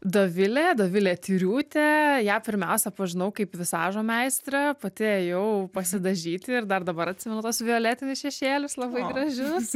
dovilė dovilė tiriūtė ją pirmiausia pažinau kaip visažo meistrę pati ėjau pasidažyti ir dar dabar atsimenu tuos violetinius šešėlius labai gražius